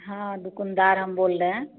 हाँ दुकानदार हम बोल रहे हैं